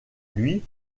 lui